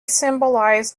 symbolise